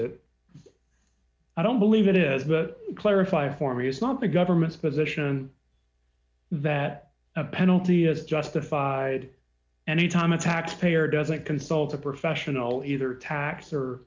it i don't believe it is clarified for me is not the government's position that a penalty of justified any time a taxpayer doesn't consult a professional either tax or